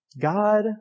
God